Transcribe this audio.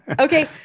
okay